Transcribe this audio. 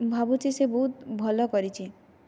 ମୁଁ ଭାବୁଛି ସେ ବହୁତ ଭଲ କରିଛି